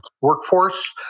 workforce